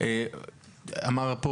אמר פה